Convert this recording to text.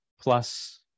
plus